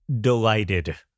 delighted